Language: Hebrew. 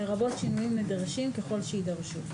לרבות שינויים נדרשים ככל שיידרשו.